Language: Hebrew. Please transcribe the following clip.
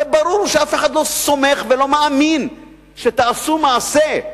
הרי ברור שאף אחד לא סומך ולא מאמין שתעשו מעשה.